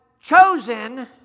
chosen